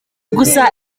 gusa